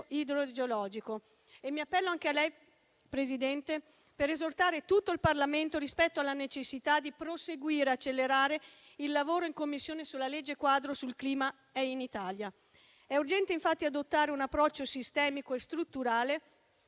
idrogeologico. Mi appello anche a lei, signora Presidente, per esortare tutto il Parlamento rispetto alla necessità di proseguire e accelerare il lavoro in Commissione sulla legge quadro sul clima in Italia. È urgente, infatti, adottare un approccio sistemico e strutturale,